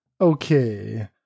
okay